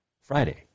Friday